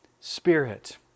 Spirit